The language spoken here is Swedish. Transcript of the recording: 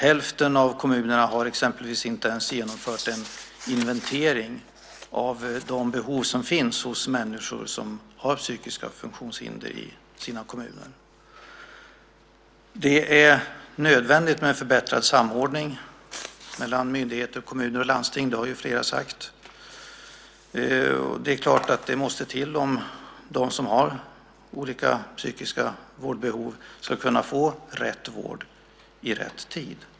Hälften av kommunerna har exempelvis inte ens genomfört en inventering av de behov som finns hos de människor i kommunen som har psykiska funktionshinder. Det är nödvändigt med en förbättrad samordning mellan myndigheter, kommuner och landsting - det har flera sagt - om de som har olika psykiska vårdbehov ska kunna få rätt vård i rätt tid.